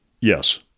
Yes